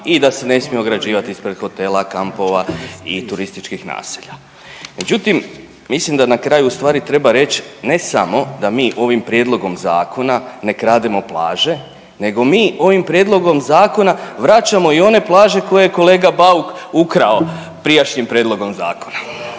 i da se ne smije ograđivati ispred hotela, kampova i turističkih naselja. Međutim, mislim da na kraju u stvari treba reći ne samo da mi ovim prijedlogom zakona ne krademo plaže, nego mi ovim prijedlogom zakona vraćamo i one plaže koje je kolega Bauk ukrao prijašnjim prijedlogom zakona.